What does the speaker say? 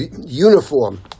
uniform